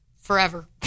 forever